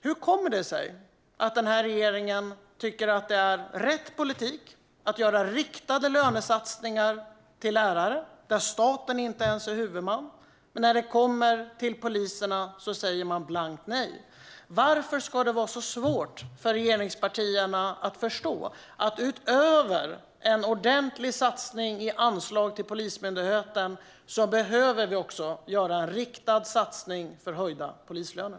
Hur kommer det sig att regeringen tycker att det är rätt politik att ha riktade lönesatsningar till lärare, där staten inte ens är huvudman, men att man säger man blankt nej när det gäller poliserna? Varför är det så svårt för regeringspartierna att förstå att utöver en ordentlig satsning i anslaget till Polismyndigheten behövs även en riktad satsning för höjda polislöner?